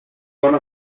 one